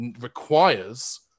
requires